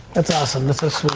that's awesome, that's ah so